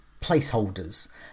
placeholders